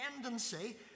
tendency